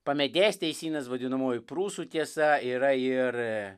pamedės teisynas vadinamoji prūsų tiesa yra ir